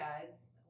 guys